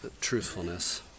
truthfulness